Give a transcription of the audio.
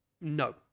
no